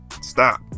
Stop